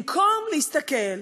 במקום להסתכל,